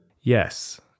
Yes